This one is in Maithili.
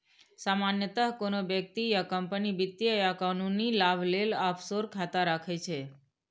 सामान्यतः कोनो व्यक्ति या कंपनी वित्तीय आ कानूनी लाभ लेल ऑफसोर खाता राखै छै